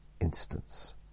instance